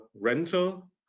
rental